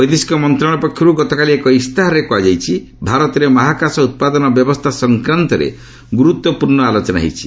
ବୈଦେଶିକ ମନ୍ତ୍ରଶାଳୟ ପକ୍ଷରୁ ଗତକାଲି ଏକ ଇସ୍ତହାରରେ କୁହାଯାଇଛି ଭାରତରେ ମହାକାଶ ଉତ୍ପାଦନ ବ୍ୟବସ୍ଥା ସଂକ୍ରାନ୍ତରେ ଗୁରୁତ୍ୱପୂର୍ଣ୍ଣ ଆଲୋଚନା ହୋଇଛି